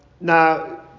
Now